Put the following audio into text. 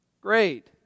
great